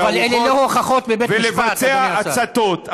ולבצע הצתות.